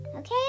Okay